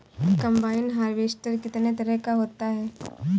Combine harvester कितने तरह का होता है?